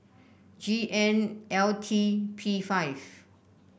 G N L T P five